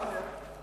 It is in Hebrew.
אני יכול לעלות?